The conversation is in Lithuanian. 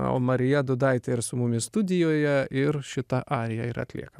o marija dūdaitė ir su mumis studijoje ir šitą ariją ir atlieka